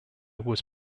was